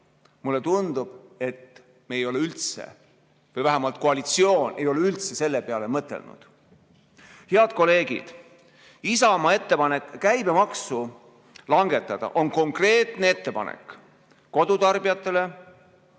Mulle tundub, et me ei ole üldse või vähemalt koalitsioon ei ole üldse selle peale mõtelnud. Head kolleegid! Isamaa ettepanek käibemaksu langetada on konkreetne ettepanek kodutarbijatele